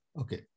Okay